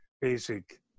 basic